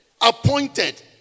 appointed